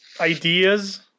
ideas